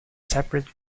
separate